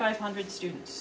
five hundred students